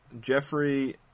Jeffrey